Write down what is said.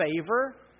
favor